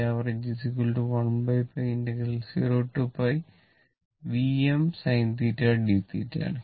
Vav 1𝝿0 Vm sinθdθ ആണ്